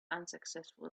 unsuccessful